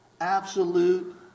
Absolute